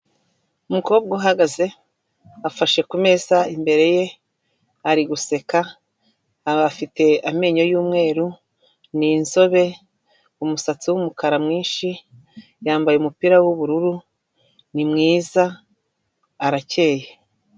Umukobwa uhagaze afashe kumeza imbere ye, ari guseka aba afite amenyo y'umweru, ni inzobe, umusatsi w'umukara mwinshi, yambaye umupira w'ubururu ni mwiza arakeyeye.